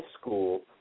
school